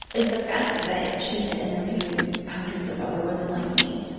the fact that she had interviewed hundreds of other women like me